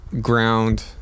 ground